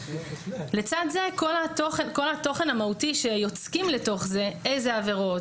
לצד זה כל התוכן המהותי שיוצקים לתוך זה - אילו עבירות,